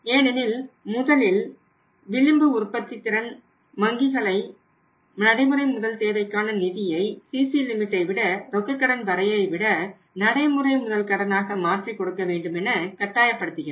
ஏனெனில் முதலின் விளிம்பு உற்பத்தி திறன் வங்கிகளை நடைமுறை முதல் தேவைக்கான நிதியை சிசி லிமிட்டை விட ரொக்க கடன் வரையறையை விட நடைமுறை முதல் கடனாக மாற்றி கொடுக்க வேண்டுமென கட்டாயப்படுத்துகிறது